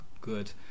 good